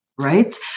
right